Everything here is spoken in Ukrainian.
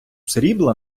срібла